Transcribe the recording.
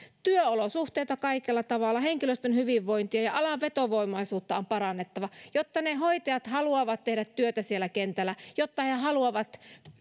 työolosuhteita kaikella tavalla henkilöstön hyvinvointia ja alan vetovoimaisuutta on parannettava jotta hoitajat haluavat tehdä työtä kentällä jotta he haluavat